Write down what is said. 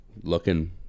looking